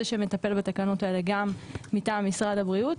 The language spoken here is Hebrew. שמטפל בתקנות האלה גם מטעם משרד הבריאות.